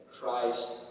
Christ